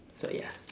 so ya